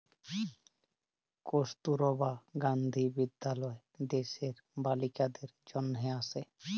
কস্তুরবা গান্ধী বিদ্যালয় দ্যাশের বালিকাদের জনহে আসে